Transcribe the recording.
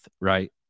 right